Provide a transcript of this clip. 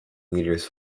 leaders